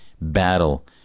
battle